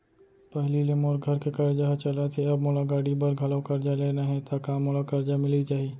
पहिली ले मोर घर के करजा ह चलत हे, अब मोला गाड़ी बर घलव करजा लेना हे ता का मोला करजा मिलिस जाही?